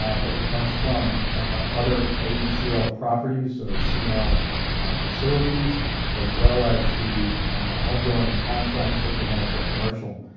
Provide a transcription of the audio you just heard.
ah but it comes from other acl properties, or cnl facilities as well as the ongoing contracts that we have for commercial